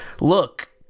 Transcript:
look